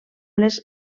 les